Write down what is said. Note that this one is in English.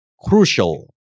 crucial